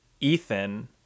Ethan